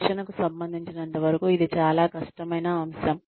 శిక్షణకు సంబంధించినంతవరకు ఇది చాలా కష్టమైన అంశం